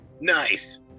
Nice